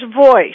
Voice